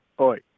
Oi